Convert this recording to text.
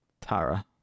Tara